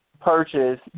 purchase